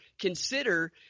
consider